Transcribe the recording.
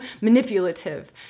manipulative